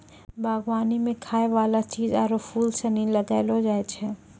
बागवानी मे खाय वाला चीज आरु फूल सनी लगैलो जाय छै